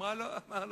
אמר לה: